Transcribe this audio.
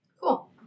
Cool